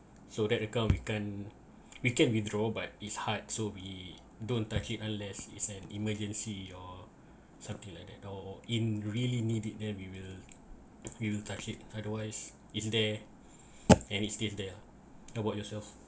so that account we can we can withdraw but it's hard so we don't touch it unless it's an emergency or something like that or in really need it then we will we will touch it otherwise is there and it stays there lah how about yourself